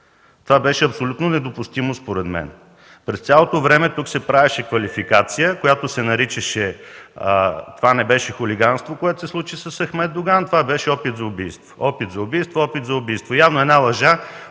Това беше абсолютно недопустимо според мен. През цялото време тук се правеше квалификация, която се наричаше: „Това не беше хулиганство, което се случи с Ахмед Доган, това беше опит за убийство, опит за убийство, опит за убийство!”. Явно, една лъжа